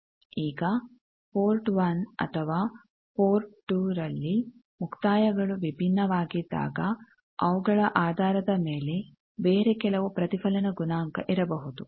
ಈಗ ಪೋರ್ಟ್ 1 ಅಥವಾ ಪೋರ್ಟ್ 2 ರಲ್ಲಿ ಮುಕ್ತಾಯಗಳು ವಿಭಿನ್ನವಾಗಿದ್ದಾಗ ಅವುಗಳ ಆಧಾರದ ಮೇಲೆ ಬೇರೆ ಕೆಲವು ಪ್ರತಿಫಲನ ಗುಣಾಂಕ ಇರಬಹುದು